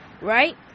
right